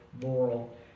moral